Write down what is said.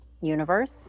universe